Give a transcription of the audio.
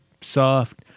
soft